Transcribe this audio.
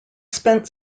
spent